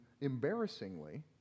embarrassingly